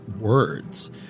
words